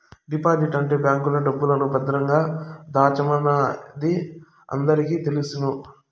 deposit అంటే బ్యాంకులో డబ్బును భద్రంగా దాచడమనేది అందరికీ తెలుసును